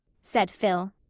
said phil.